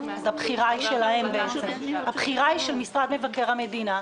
--- הבחירה היא של משרד מבקר המדינה.